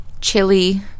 chili